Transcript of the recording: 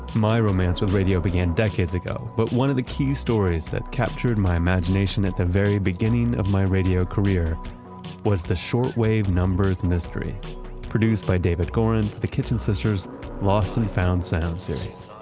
my romance with radio began decades ago. but one of the key stories that captured my imagination at the very beginning of my radio career was the shortwave numbers mystery produced by david goren, the kitchen lost and found sound series.